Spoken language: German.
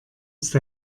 ist